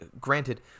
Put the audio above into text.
granted